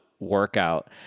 workout